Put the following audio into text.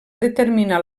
determinar